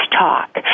talk